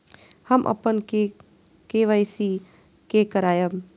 हम अपन खाता के के.वाई.सी के करायब?